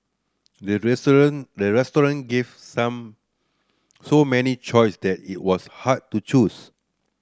the the restaurant gave some so many choice that it was hard to choose